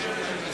בבקשה.